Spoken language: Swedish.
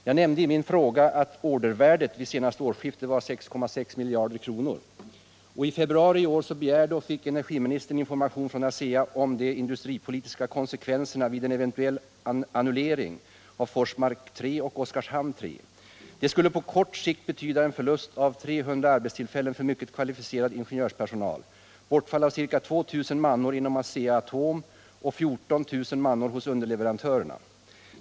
Jag nämnde i min fråga att ordervärdet vid det senaste årsskiftet var 6,6 miljarder kronor. I februari i år begärde och fick energiministern information från ASEA om de industripolitiska konsekvenserna vid en eventuell annullering av Forsmark 3 och Oskarshamn 3. Det skulle på kort sikt betyda en förlust av 300 arbetstillfällen för mycket kvalificerad ingenjörspersonal, bortfall av 2000 manår inom Asea-Atom och 14 000 manår hos underleverantörerna.